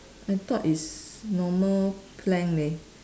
I thought it's normal plank leh